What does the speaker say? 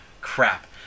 crap